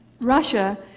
russia